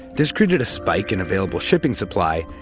this created a spike in available shipping supply,